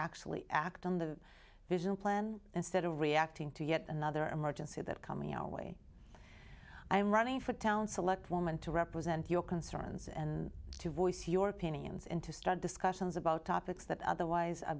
actually act on the vision plan instead of reacting to yet another emergency that coming our way i am running for town select woman to represent your concerns and to voice your opinions and to start discussions about topics that otherwise